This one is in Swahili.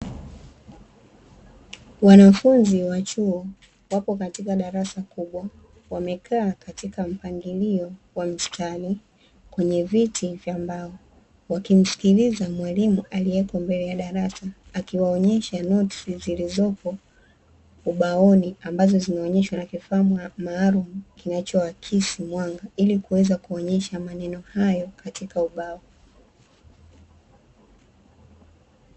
Wanafunzi wa chuo, wapo katika darasa kubwa. Wamekaa katika mpangilio wa mistari kwenye viti vya mbao, wakimsikiliza mwalimu aliyepo mbele ya darasa akifundisha notsi zilizopo ubaoni, ambazo zinaoneshwa na kifaa maalumu kinachoaksi mwanga ili kuweza kuonesha maneno hayo katika ubao.